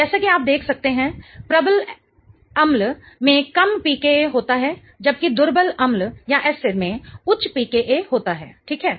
जैसा कि आप देख सकते हैं प्रबल एसिडअम्ल में कम pKa होता है जबकि दुर्बल एसिडअम्ल में उच्च pKa होता है ठीक है